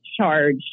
charge